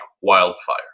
wildfire